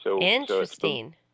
Interesting